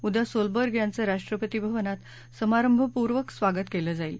उद्या सोलबर्ग याचं राष्ट्रपती भवनात समारंभपूर्वक स्वागत केलं जाईल